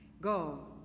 Go